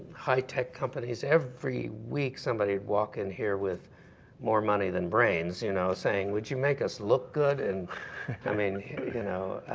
high tech companies. every week, somebody would walk in here with more money than brains you know saying, would you make us look good? and i mean you know